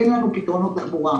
תן לנו פתרונות תחבורה.